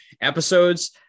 episodes